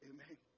Amen